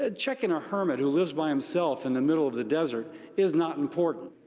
ah checking a hermit who lives by himself in the middle of the desert is not important.